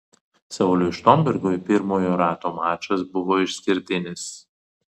sauliui štombergui pirmojo rato mačas buvo išskirtinis